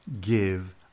give